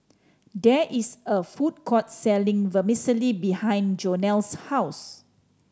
there is a food court selling Vermicelli behind Jonell's house